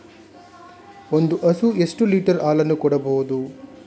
ಒಂದು ಹಸು ಎಷ್ಟು ಲೀಟರ್ ಹಾಲನ್ನು ಕೊಡಬಹುದು?